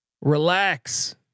Relax